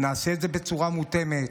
ונעשה את זה בצורה מותאמת,